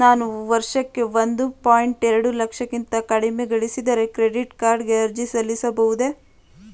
ನಾನು ವರ್ಷಕ್ಕೆ ಒಂದು ಪಾಯಿಂಟ್ ಎರಡು ಲಕ್ಷಕ್ಕಿಂತ ಕಡಿಮೆ ಗಳಿಸಿದರೆ ಕ್ರೆಡಿಟ್ ಕಾರ್ಡ್ ಗೆ ಅರ್ಜಿ ಸಲ್ಲಿಸಬಹುದೇ?